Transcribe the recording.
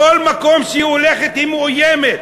בכל מקום שהיא הולכת היא מאוימת,